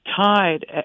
tied